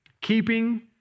Keeping